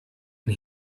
and